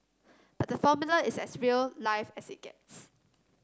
but the Formula is as real life as it gets